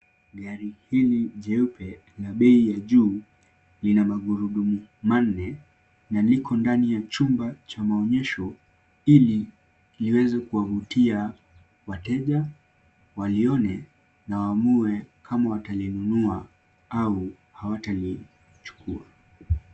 Gari hili jeupe na bei ya juu lina magurudumu manne na liko ndani ya chumba cha maonyesho ili liweze kuangukia wateja walione na waamue kama watalinunua au hawatalichukua.